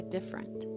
Different